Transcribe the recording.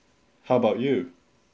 how about you